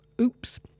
Oops